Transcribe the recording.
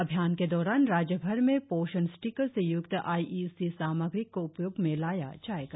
अभियान के दौरान राज्यभर में पोषण स्टिकर से युक्त आई ई सी सामग्री को उपयोग मे लाया जाएगा